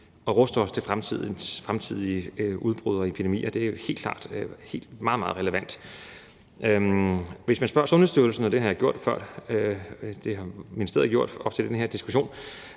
vi ruster os til fremtidige udbrud og epidemier, helt klart er meget, meget relevant. Hvis man spørger Sundhedsstyrelsen, og det har ministeriet gjort op til den her diskussion,